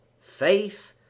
faith